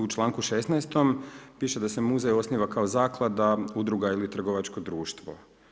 U članku 16. piše da se muzej osniva kao zaklada, udruga ili trgovačko društvo.